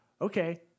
okay